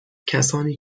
کسانی